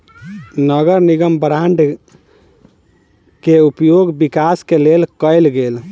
नगर निगम बांड के उपयोग विकास के लेल कएल गेल